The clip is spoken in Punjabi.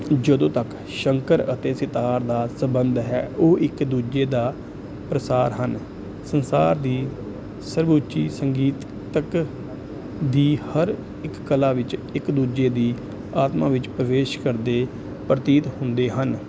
ਜਦੋਂ ਤੱਕ ਸ਼ੰਕਰ ਅਤੇ ਸਿਤਾਰ ਦਾ ਸਬੰਧ ਹੈ ਉਹ ਇੱਕ ਦੂਜੇ ਦਾ ਪ੍ਰਸਾਰ ਹਨ ਸੰਸਾਰ ਦੀ ਸਰਵਉੱਚੀ ਸੰਗੀਤਕ ਦੀ ਹਰ ਇੱਕ ਕਲਾ ਵਿੱਚ ਇੱਕ ਦੂਜੇ ਦੀ ਆਤਮਾ ਵਿੱਚ ਪ੍ਰਵੇਸ਼ ਕਰਦੇ ਪ੍ਰਤੀਤ ਹੁੰਦੇ ਹਨ